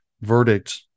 verdict